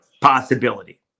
possibility